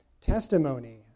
testimony